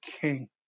king